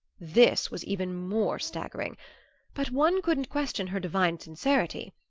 this was even more staggering but one couldn't question her divine sincerity.